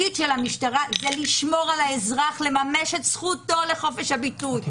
היא לשמור על האזרח לממש את זכותו לחופש הביטוי,